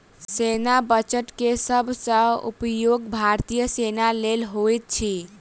सेना बजट के सब सॅ उपयोग भारतीय सेना लेल होइत अछि